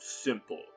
simple